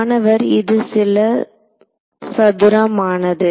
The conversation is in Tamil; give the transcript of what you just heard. மாணவர்இது சில சதுரமானது